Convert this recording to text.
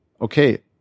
Okay